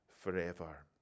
forever